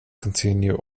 continue